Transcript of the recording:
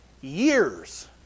years